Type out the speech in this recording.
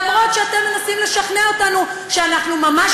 אף שאתם מנסים לשכנע אותנו שאנחנו ממש